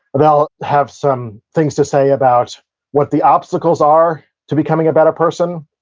they'll have some things to say about what the obstacles are to becoming a better person,